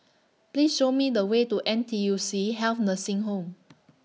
Please Show Me The Way to N T U C Health Nursing Home